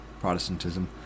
Protestantism